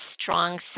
strong